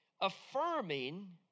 affirming